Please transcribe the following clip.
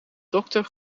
dokter